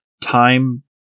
Time